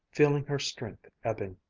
feeling her strength ebbing.